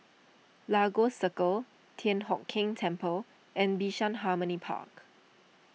Lagos Circle Thian Hock Keng Temple and Bishan Harmony Park